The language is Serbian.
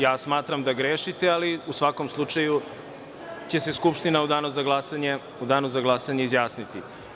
Ja smatram da grešite, ali u svakom slučaju će se skupština u Danu za glasanje izjasniti.